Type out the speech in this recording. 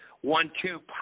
one-two